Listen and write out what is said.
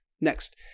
Next